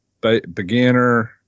beginner